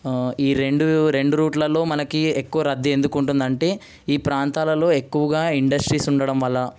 ఈ రెండు రూట్లలో మనకి ఎక్కువ రద్ది ఎందుకు ఉంటుంది అంటే ఈ ప్రాంతాలలో ఎక్కువగా ఇండస్ట్రీస్ ఉండడం వల్ల